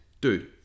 dude